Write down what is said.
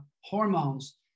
hormones